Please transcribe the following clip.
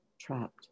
trapped